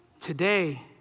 today